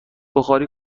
بخاری